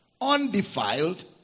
undefiled